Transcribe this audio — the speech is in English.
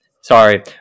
Sorry